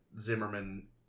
Zimmerman